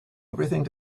everything